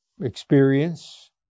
experience